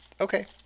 Okay